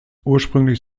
ursprünglich